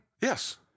Yes